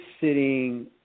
sitting